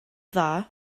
dda